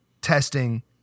testing